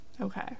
okay